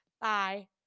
Bye